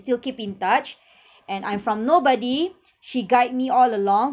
still keep in touch and I'm from nobody she guide me all along